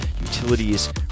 utilities